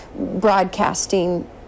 Broadcasting